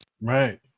Right